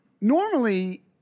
normally